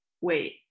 wait